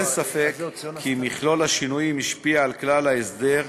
אין ספק כי מכלול השינויים השפיע על כלל ההסדר,